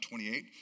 28